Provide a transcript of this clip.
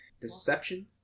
Deception